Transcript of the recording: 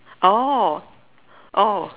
oh oh